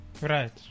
right